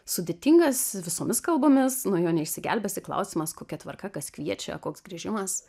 sudėtingas visomis kalbomis nuo jo neišsigelbėsi klausimas kokia tvarka kas kviečia koks grįžimas